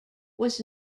was